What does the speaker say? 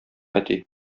әти